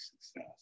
success